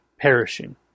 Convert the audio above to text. perishing